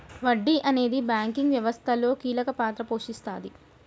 వడ్డీ అనేది బ్యాంకింగ్ వ్యవస్థలో కీలక పాత్ర పోషిస్తాది